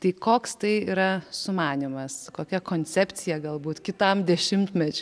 tai koks tai yra sumanymas kokia koncepcija galbūt kitam dešimtmeč